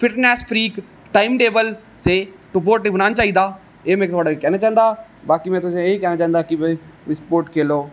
fitness freak इक time table से सपोटिंब बनाना चाहिदा एह में थुआढ़े कन्नै कहना चांह्दा बाकी में तुसें गी एह गै कहना चांहदा हा भाई स्पोटस खेलो